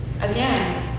again